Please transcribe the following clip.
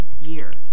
year